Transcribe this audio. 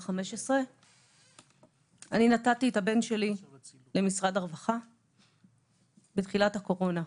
15. נתתי את הבן שלי למשרד הרווחה בתחילת הקורונה.